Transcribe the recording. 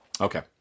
Okay